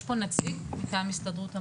יש פה נציג מטעם הסתדרות המורים?